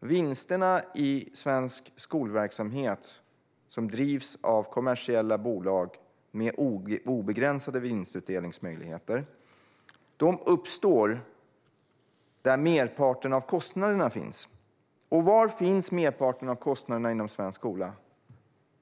vinsterna i den svenska skolverksamhet som drivs av kommersiella bolag med obegränsade vinstutdelningsmöjligheter uppstår där merparten av kostnaderna finns. Var finns då merparten av kostnaderna i svensk skola?